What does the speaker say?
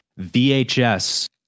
vhs